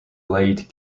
late